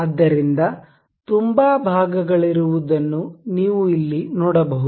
ಆದ್ದರಿಂದ ತುಂಬಾ ಭಾಗಗಳಿರುವದನ್ನು ನೀವು ಇಲ್ಲಿ ನೋಡಬಹುದು